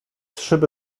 szyby